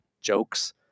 jokes